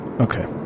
Okay